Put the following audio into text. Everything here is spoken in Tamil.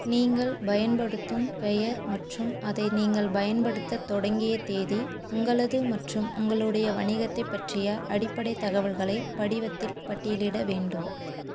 நீங்கள் பயன்படுத்தும் பெயர் மற்றும் அதை நீங்கள் பயன்படுத்தத் தொடங்கிய தேதி உங்களது மற்றும் உங்களுடைய வணிகத்தைப் பற்றிய அடிப்படை தகவல்களைப் படிவத்தில் பட்டியலிட வேண்டும்